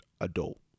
adult